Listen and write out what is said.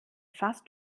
fast